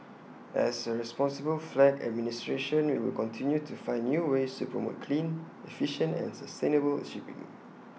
as A responsible flag administration we will continue to find new ways to promote clean efficient and sustainable shipping